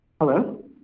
Hello